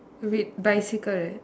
red bicycle